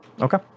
Okay